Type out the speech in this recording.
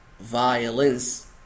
Violence